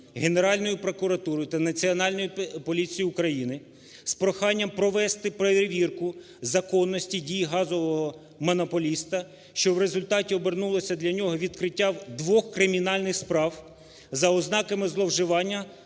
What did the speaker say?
Генеральної прокуратури та Національної поліції України з проханням провести перевірку законності дій газового монополіста, що в результаті обернулося для нього відкриттям двох кримінальних справ за ознаками зловживання